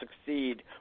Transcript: succeed